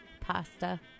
Pasta